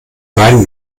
beiden